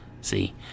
See